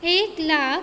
एक लाख